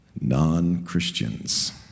non-Christians